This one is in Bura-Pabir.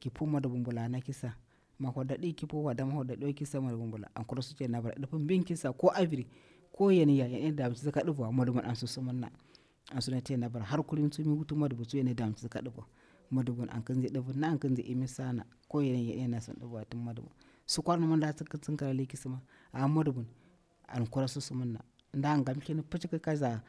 ki pu mwodubur mbula na ki sa, mi wada din ki puwa wada, mi wada ɗiwa ki sa mwodudur mbula, an kura sunati yana bara, didipi mbin ko avir ko yan yaa ya dena dametisi ka diviwa mwodubun an susumurna an sunati yana bara har kulin tsu mi wutu mwadubu yadena dametitsi ka diva wa. Mwadubu an kinzi divirna an kinzi imir sana, ko yan ya dena sim diviwa sai mwodubu sukwarinma nda tsinkir tsinkir kirali ki sima amma mwadubun an kura susumurna ndang gal mthin picik kanza,